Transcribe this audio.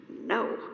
No